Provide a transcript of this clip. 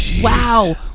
wow